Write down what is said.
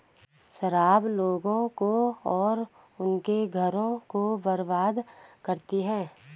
शराब लोगों को और उनके घरों को बर्बाद करती है